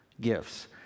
gifts